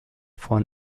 von